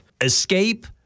escape